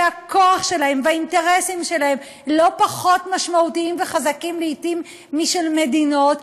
שהכוח שלהם והאינטרסים שלהם לא פחות משמעותיים וחזקים לעתים משל מדינות,